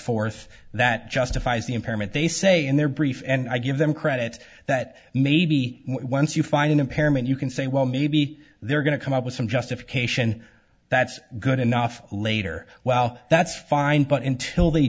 forth that justifies the impairment they say in their brief and i give them credit that maybe whence you find an impairment you can say well maybe they're going to come up with some justification that's good enough later well that's fine but until they